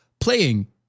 playing